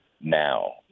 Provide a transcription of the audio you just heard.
now